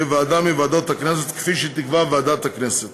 ועדה מוועדות הכנסת כפי שתקבע ועדת הכנסת.